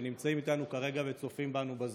שנמצאים איתנו כרגע וצופים בנו בזום,